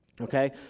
Okay